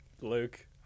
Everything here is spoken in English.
Luke